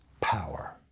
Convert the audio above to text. power